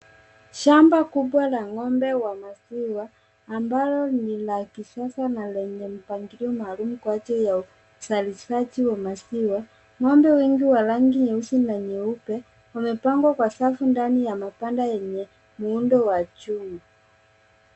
Shamba kubwa la ng'ombe wa maziwa ambalo ni la kisasa na lenye mpangilio maalum kwa ajili ya uzalishaji wa maziwa. Ng'ombe wengi wa rangi nyeusi na nyeupe wamepangwa kwa safu ndani ya mapanda yenye muundo wa juu.